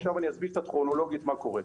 אסביר קצת כרונולוגית מה קורה: